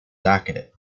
docketed